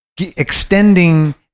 extending